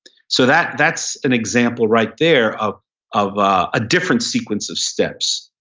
so that that's an example right there of of a different sequence of steps.